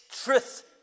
truth